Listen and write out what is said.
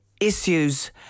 issues